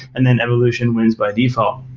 and then evolution wins by default.